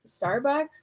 Starbucks